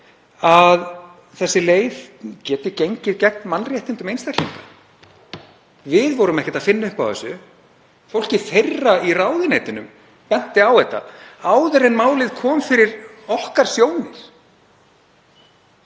að þessi leið geti gengið gegn mannréttindum einstaklinga. Við vorum ekkert að finna upp á þessu. Fólkið þeirra í ráðuneytunum benti á þetta áður en málið kom fyrir okkar sjónir.